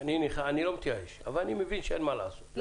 אני לא מתייאש אבל אני מבין שאין מה לעשות.